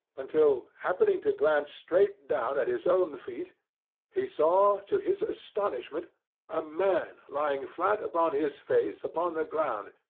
until happening to glance straight down at his own feet he saw to his astonishment ah man lying flat upon his face upon the ground,